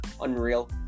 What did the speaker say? unreal